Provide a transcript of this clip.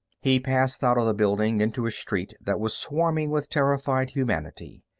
he passed out of the building into a street that was swarming with terrified humanity.